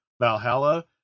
Valhalla